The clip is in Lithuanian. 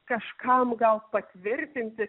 kažkam gal patvirtinti